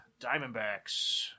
Diamondbacks